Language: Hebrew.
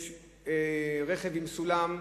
יש רכב עם סולם,